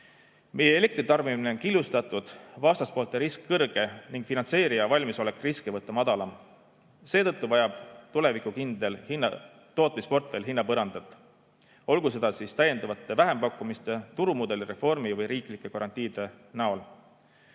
Meie elektritarbimine on killustatud, vastaspoolte risk kõrge ning finantseerija valmisolek riske võtta madal. Seetõttu vajab tulevikukindel tootmisportfell hinnapõrandat, olgu see siis täiendavate vähempakkumiste, turumudeli reformi või riiklike garantiide näol.